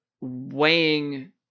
weighing